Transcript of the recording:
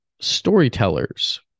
Storytellers